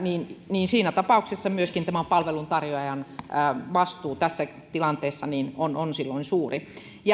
niin siinä tapauksessa myöskin tämän palveluntarjoajan vastuu tässä tilanteessa on suuri